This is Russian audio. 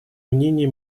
мнение